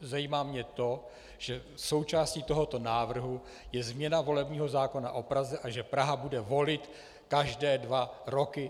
Zajímá mě to, že součástí tohoto návrhu je změna volebního zákona o Praze a že Praha bude volit každé dva roky.